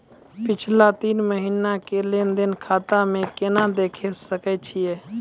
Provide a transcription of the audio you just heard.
पिछला तीन महिना के लेंन देंन खाता मे केना देखे सकय छियै?